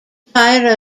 tire